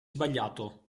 sbagliato